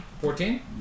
Fourteen